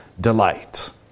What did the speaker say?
delight